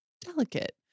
delicate